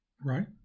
right